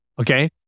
Okay